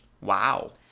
Wow